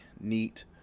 neat